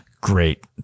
great